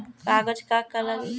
कागज का का लागी?